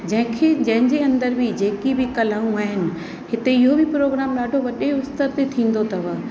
जंहिंखे जंहिंजे अंदर बि जेकी बि कलाऊं आहिनि हिते इहो बि प्रोग्राम ॾाढो वॾे स्तर ते थींदो अथव